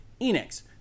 Enix